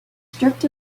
strict